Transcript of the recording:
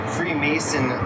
Freemason